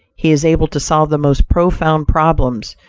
he is able to solve the most profound problems,